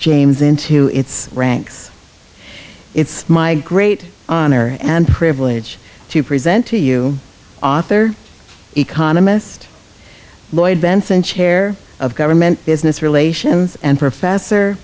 james into its ranks it's my great honor and privilege to present to you author economist lloyd benson chair of government business relations and professor